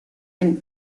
and